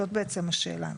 זאת בעצם השאלה,